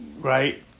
Right